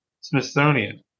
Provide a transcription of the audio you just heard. Smithsonian